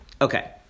Okay